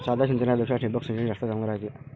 साध्या सिंचनापेक्षा ठिबक सिंचन जास्त चांगले रायते